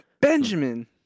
Benjamin